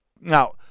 Now